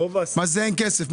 מה זה אין כסף?